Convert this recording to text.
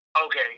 Okay